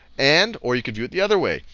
and or you can view it the other way,